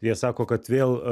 jie sako kad vėl